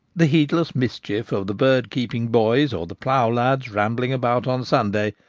the heedless mischief of the bird-keeping boys, or the ploughlads rambling about on sunday,